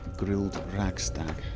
grilled radstag